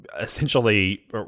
essentially